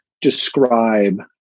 describe